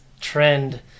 trend